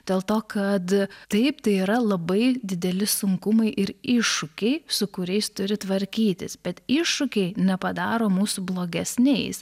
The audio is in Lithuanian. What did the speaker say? dėl to kad taip tai yra labai dideli sunkumai ir iššūkiai su kuriais turi tvarkytis bet iššūkiai nepadaro mūsų blogesniais